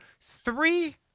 Three